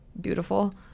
beautiful